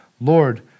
Lord